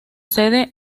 sede